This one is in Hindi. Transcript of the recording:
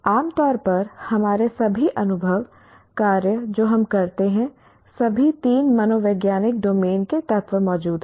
आम तौर पर हमारे सभी अनुभव सभी कार्य जो हम करते हैं सभी तीन मनोवैज्ञानिक डोमेन के तत्व मौजूद हैं